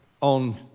on